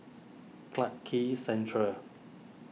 Clarke Quay Central